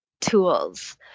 tools